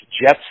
Jets